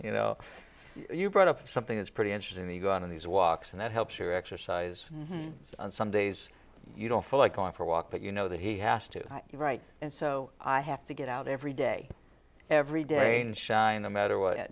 you know you brought up something that's pretty interesting the go on in these walks and that helps your exercise on some days you don't feel like going for a walk but you know that he has to be right and so i have to get out every day every day and shine no matter what it